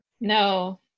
No